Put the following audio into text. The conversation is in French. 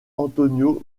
antonio